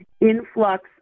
Influx